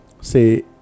Say